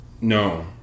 No